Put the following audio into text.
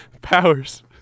powers